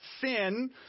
sin